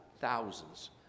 thousands